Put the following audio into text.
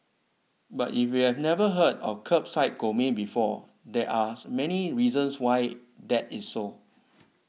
but if you've never heard of Kerbside Gourmet before there are many reasons why that is so